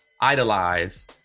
idolize